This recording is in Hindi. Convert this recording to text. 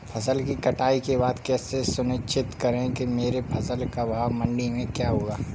फसल की कटाई के बाद कैसे सुनिश्चित करें कि मेरी फसल का भाव मंडी में क्या होगा?